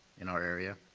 in our area.